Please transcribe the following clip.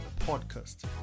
podcast